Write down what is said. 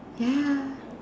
ya